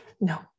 No